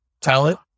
talent